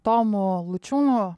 tomu lučiūnu